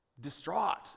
distraught